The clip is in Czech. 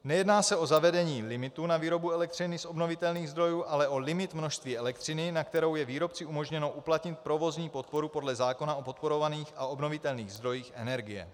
Nejedná se o zavedení limitů na výrobu elektřiny z obnovitelných zdrojů, ale o limit množství elektřiny, na kterou je výrobci umožněno uplatnit provozní podporu podle zákona o podporovaných a obnovitelných zdrojích energie.